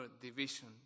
division